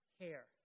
care